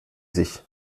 sich